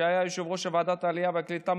שהיה יושב-ראש מעולה